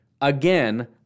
again